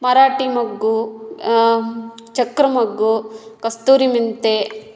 ಮರಾಠಿ ಮೊಗ್ಗು ಚಕ್ರ ಮೊಗ್ಗು ಕಸ್ತೂರಿ ಮೆಂತೆ